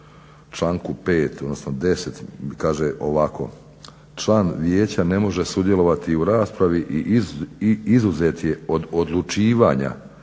članku 5. odnosno 10. kaže ovako: Član vijeća ne može sudjelovati u raspravi i izuzet je od odlučivanja